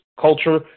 culture